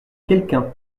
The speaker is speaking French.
quelqu’un